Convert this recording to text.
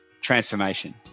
transformation